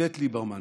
איווט ליברמן,